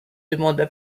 demanda